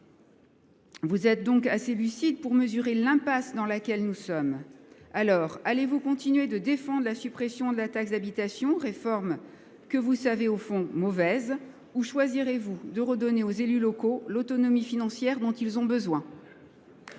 Vous êtes donc assez lucide pour mesurer l'impasse dans laquelle nous sommes. Alors, allez-vous continuer de défendre la suppression de la taxe d'habitation, réforme que vous savez au fond mauvaise, ou choisirez-vous de redonner aux élus locaux l'autonomie financière dont ils ont besoin ?